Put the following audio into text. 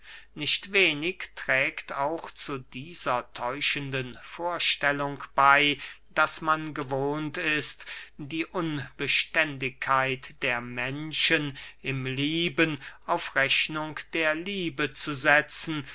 nicht wenig trägt auch zu dieser täuschenden vorstellung bey daß man gewohnt ist die unbeständigkeit der menschen im lieben auf rechnung der liebe zu setzen